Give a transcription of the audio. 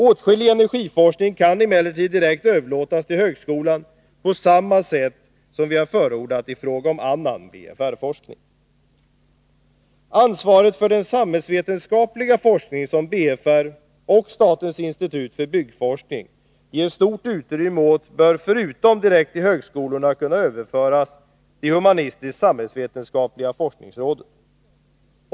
Åtskillig energiforskning kan emellertid överlåtas direkt till högskolan, på samma sätt som vi har förordat i fråga om annan BFR-forskning. Ansvaret för den samhällsvetenskapliga forskning som BFR och statens institut för byggforskning ger stort utrymme åt bör förutom direkt till högskolorna kunna överföras till humanistisk-samhällsvetenskapliga forskningsrådet.